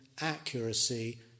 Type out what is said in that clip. accuracy